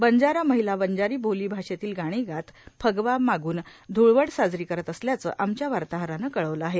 बंजारा महिला बंजारी बोली भाषेतली गाणी गात फगवा मागून ध्ळवड साजरी करत असल्याचं आमच्या वार्ताहरानं कळवलं आहे